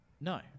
No